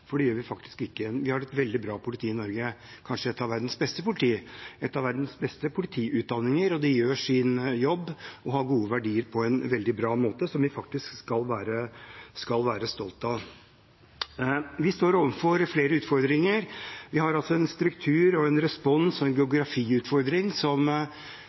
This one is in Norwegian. for det gjør vi faktisk ikke. Vi har et veldig bra politi i Norge, kanskje et av verdens beste politi og en av verdens beste politiutdanninger. De har gode verdier og gjør sin jobb på en veldig bra måte som vi skal være stolte av. Vi står overfor flere utfordringer. Vi har en struktur-, en respons- og en geografiutfordring som